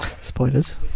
Spoilers